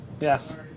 Yes